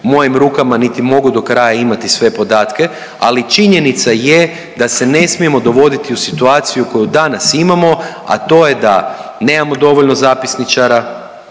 mojim rukama, niti mogu do kraja imati sve podatke, ali činjenica je da se ne smijemo dovoditi u situaciju koju danas imamo, a to je da nemamo dovoljno zapisničara,